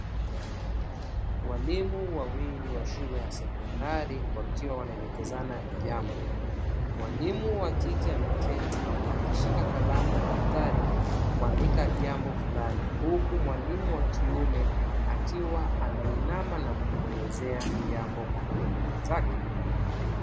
Walimu wawili wa shule ya sekondari wakiwa wanaelekezana jambo, mwalimu wa kike ameketi na akishika kalamu na daftari kuandika jambo fulani, huku mwalimu wa kiume akiwa ameinama na kumwelezea jambo mwalimu mwenzake.